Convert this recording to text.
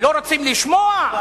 לא רוצים לשמוע?